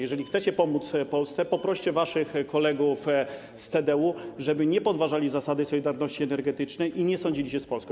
Jeżeli chcecie pomóc Polsce, poproście waszych kolegów z CDU, żeby nie podważali zasady solidarności energetycznej i nie sądzili się z Polską.